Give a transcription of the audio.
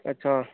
अच्छा